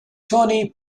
tony